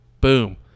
boom